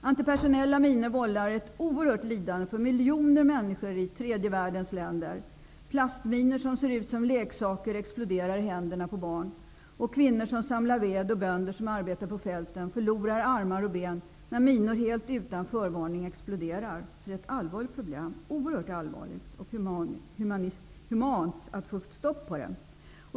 Antipersonella minor vållar ett oerhört lidande för miljoner människor i tredje världens länder. Plastminor som ser ut som leksaker exploderar i händerna på barn och kvinnor som samlar ved. Bönder som arbetar ute på fälten förlorar armar och ben när minor helt utan förvarning exploderar. Detta är ett oerhört allvarligt problem. Det vore humant att få stopp på det.